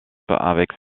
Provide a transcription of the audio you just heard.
avec